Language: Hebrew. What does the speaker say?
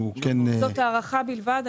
זאת הערכה בלבד.